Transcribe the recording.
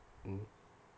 mm